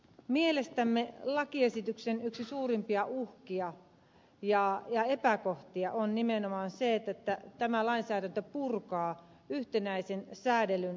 mielestämme lakiesityksen yksi suurimpia uhkia ja epäkohtia on nimenomaan se että tämä lainsäädäntö purkaa yhtenäisen säädellyn asiakasmaksujärjestelmän